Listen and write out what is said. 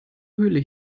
höhle